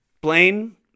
Blaine